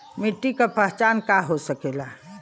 मिट्टी के पहचान का होखे ला?